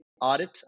audit